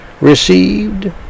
received